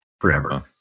forever